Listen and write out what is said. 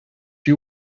you